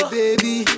baby